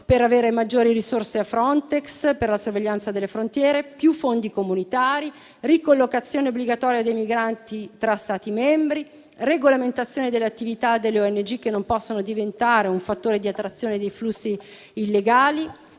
per avere maggiori risorse da Frontex per la sorveglianza delle frontiere; più fondi comunitari; ricollocazione obbligatoria dei migranti tra gli Stati membri; regolamentazione dell'attività delle ONG che non possono diventare un fattore di attrazione dei flussi illegali;